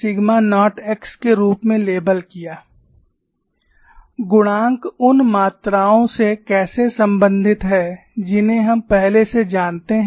Series Solution of stress Field by Atluri and Kobayashi Atluri और Kobayashi द्वारा प्रतिबल क्षेत्र का श्रृंखला समाधान गुणांक उन मात्राओं से कैसे संबंधित हैं जिन्हें हम पहले से जानते हैं